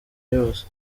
yose